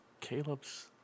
Caleb's